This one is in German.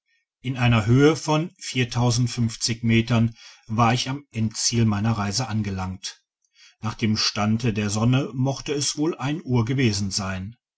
in einer höhe von metern war ich am endziel meiner reise angelangt nach dem stande der sonne mochte es wohl ein uhr gewesen sein